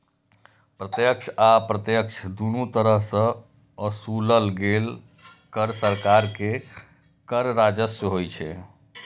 प्रत्यक्ष आ अप्रत्यक्ष, दुनू तरह सं ओसूलल गेल कर सरकार के कर राजस्व होइ छै